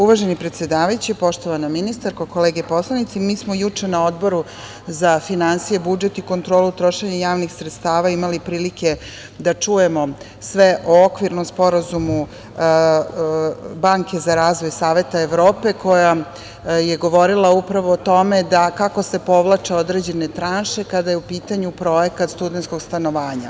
Uvaženi predsedavajući, poštovana ministarko, kolege poslanici, mi smo juče na Odboru za finansije, budžet i kontrolu trošenja javnih sredstava imali prilike da čujemo sve o okvirnom sporazumu Banke za razvoj Saveta Evrope, koja je govorila upravo o tome da kako se povlače određene tranše kada je u pitanju projekat studentskog stanovanja.